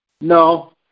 No